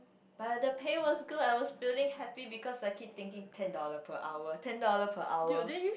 but the pay was good I was feeling happy because I keep thinking ten dollar per hour ten dollar per hour